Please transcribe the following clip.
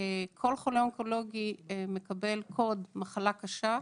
כל חולה אונקולוגי מקבל קוד מחלה קשה,